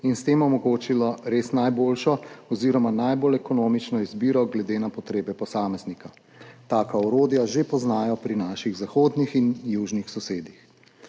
in s tem omogočilo res najboljšo oziroma najbolj ekonomično izbiro glede na potrebe posameznika. Taka orodja že poznajo pri naših zahodnih in južnih sosedih.